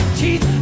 teeth